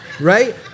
right